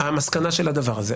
המסקנה של הדבר הזה?